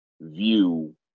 view